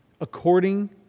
according